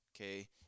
Okay